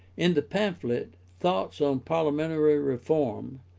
in the pamphlet, thoughts on parliamentary reform,